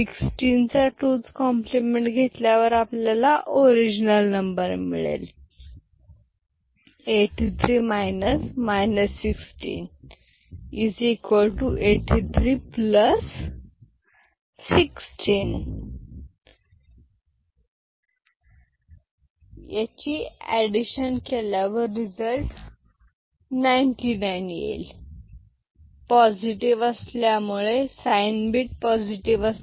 16 चा 2s complement घेतल्यावर आपल्याला ओरिजनल नंबर मिळेल 83 8316 यांची ऍडमिशन केल्यावर रिझल्ट 99 आला पॉझिटिव्ह असल्यामुळे रिझल्ट पॉझिटिव आहे